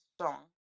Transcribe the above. song